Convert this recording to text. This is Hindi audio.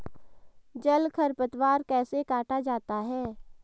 जल खरपतवार कैसे काटा जाता है?